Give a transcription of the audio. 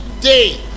day